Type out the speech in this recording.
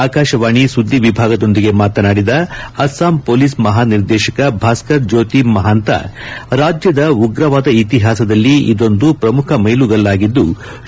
ಆಕಾಶವಾಣಿ ಸುದ್ದಿ ವಿಭಾಗದೊಂದಿಗೆ ಮಾತನಾಡಿದ ಅಸ್ತಾಂ ಪೊಲೀಸ್ ಮಹಾ ನಿರ್ದೇಶಕ ಭಾಸ್ತರ್ ಜ್ಲೋತಿ ಮಹಾಂತ ರಾಜ್ಯದ ಉಗ್ರವಾದ ಇತಿಹಾಸದಲ್ಲಿ ಇದೊಂದು ಪ್ರಮುಖ ಮ್ನೆಲಿಗಲ್ಲಾಗಿದ್ಲು